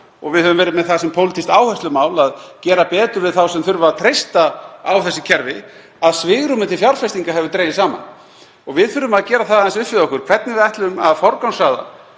og við höfum verið með það sem pólitískt áherslumál að gera betur við þá sem þurfa að treysta á þessi kerfi, að svigrúmið til fjárfestinga hefur dregist saman. Við þurfum að gera það aðeins upp við okkur hvernig við ætlum að forgangsraða